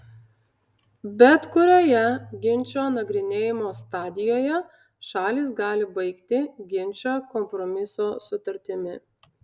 bet kurioje ginčo nagrinėjimo stadijoje šalys gali baigti ginčą kompromiso sutartimi